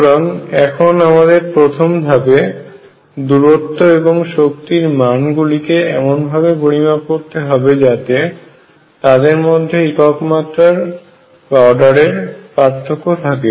সুতরাং এখন আমাদের প্রথমে ধাপে দূরত্ব এবং শক্তির মান গুলিকে এমন ভাবে পরিমাপ করতে হবে যাতে তাদের মধ্যে একক মাত্রার পার্থক্য থাকে